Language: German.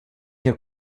der